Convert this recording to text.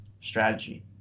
strategy